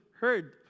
heard